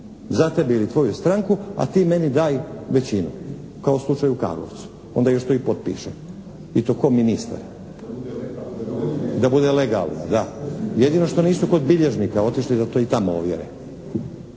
za tebe ili tvoju stranku, a ti meni daj većinu kao slučaj u Karlovcu, onda još to i potpiše. I to ko ministar. … /Upadica se ne razumije./ … Da bude legalno, da. Jedino što nisu kod bilježnika otišli da to i tamo ovjere.